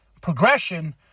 Progression